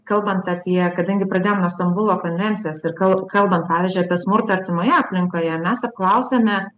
kalbant apie kadangi pradėjom nuo stambulo konvencijos ir kal kalbant pavyzdžiui apie smurtą artimoje aplinkoje mes apklausėme